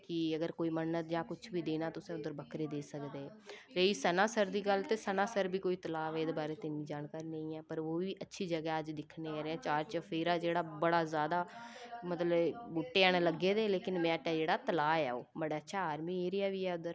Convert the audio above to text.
कि अगर कोई मन्नत जां कुछ बी देना तुस उद्धर बक्करे देई सकदे रेही सनासर दी गल्ल ते सनासर बी कोई तलाऽ एहदे बारे च ते इन्नी जानकारी नेईं ऐ पर ओह् बी अच्छी जगह् ऐ अज्ज दिक्खने जन्ने आं चार चफेरा जेह्ड़ा बड़ा ज्यादा मतलब बूह्टे हैन लग्गे दे लेकिन मझाटै जेह्ड़ा तलाऽ ऐ ओह् बड़ा अच्छा आर्मी एरिया बी ऐ उद्धर